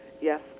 Yes